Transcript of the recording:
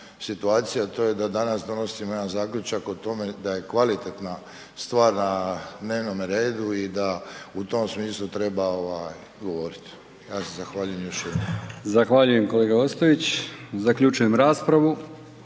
situacija, a to je da danas donosimo jedan zaključak o tome da je kvalitetna stvar na dnevnome redu i da u tom smislu ovaj treba govoriti. Ja se zahvaljujem još jednom. **Brkić, Milijan (HDZ)** Zahvaljujem kolega Ostojić. Zaključujem raspravu.